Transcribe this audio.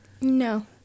no